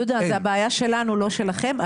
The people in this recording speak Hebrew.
יהודה, זו הבעיה שלנו לא שלכם.